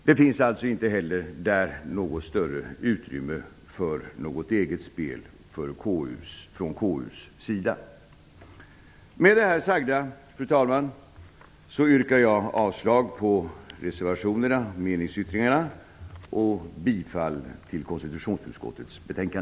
Det finns alltså inte heller där något större utrymme för något eget spel från KU:s sida. Med det sagda, fru talman, yrkar jag avslag på reservationerna och meningsyttringarna och bifall till konstitutionsutskottets hemställan.